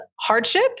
hardship